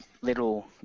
little